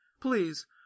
Please